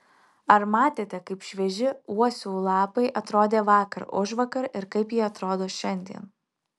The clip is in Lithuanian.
ar matėte kaip švieži uosių lapai atrodė vakar užvakar ir kaip jie atrodo šiandien